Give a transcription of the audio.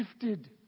gifted